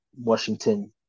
Washington